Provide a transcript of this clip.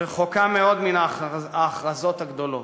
רחוקה מאוד מן ההכרזות הגדולות.